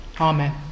Amen